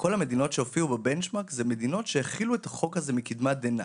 כל המדינות שהופיעו בבנצ'מרק הן מדינות שהחילו את החוק הזה מקדמת דנא,